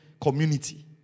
community